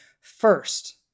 first